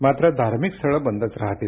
मात्र धार्मिक स्थळं बंदच राहतील